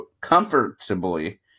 comfortably